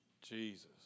jesus